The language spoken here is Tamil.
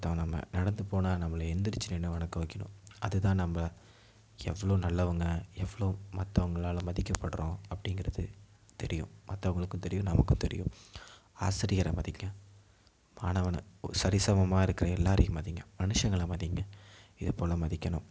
ஒருத்தங்க நம்ம நடந்து போனால் நம்மளை எழுந்திரிச்சி நின்று வணக்கம் வைக்கணும் அது தான் நம்ப எவ்வளோ நல்லவங்க எவ்வளோ மற்றவங்களால மதிக்கப்படறோம் அப்படிங்கிறது தெரியும் மற்றவங்களுக்கும் தெரியும் நமக்கும் தெரியும் ஆசிரியரை மதிங்க மாணவனை ஒரு சரிசமமாக இருக்கிற எல்லாரையும் மதிங்க மனுஷங்களை மதிங்க இது போல மதிக்கணும்